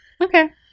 Okay